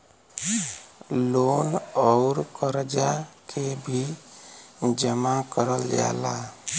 loan अउर करजा के भी जमा करल जाला